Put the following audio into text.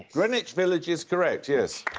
greenwich village is correct, yes.